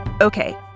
Okay